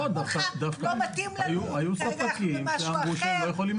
אמרו לך, לא מתאים לנו, כרגע אנחנו במשהו אחר.